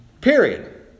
Period